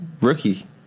Rookie